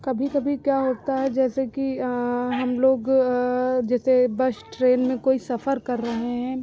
कभी कभी क्या होता है जैसे कि हमलोग जैसे बस ट्रेन में कोई सफ़र कर रहे हैं